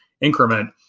increment